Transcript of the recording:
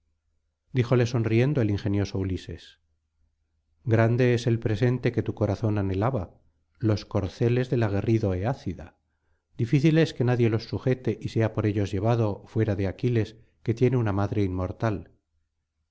díjole sonriendo el ingenioso ulises grande es el presente que tu corazón anhelaba los corceles del aguerrido eácida difícil es que nadie los sujete y sea por ellos llevado fuera de aquiles que tiene una madre inmortal